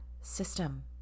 system